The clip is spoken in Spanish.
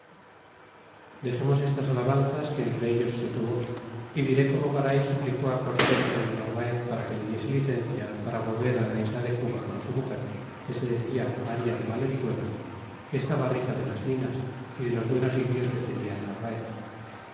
dexemos estas alabanzas que entre ellos se tuvo y diré como garay suplicó cortés por el narvaez para que le diese licencia para volverá la isla de cuba con su muger que se decia maría de valenzuela que estaba rica de las minas y de los buenos indios que tenia el narvaez